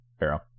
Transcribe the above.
Arrow